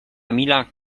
emila